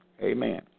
Amen